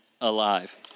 alive